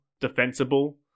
Defensible